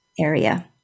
area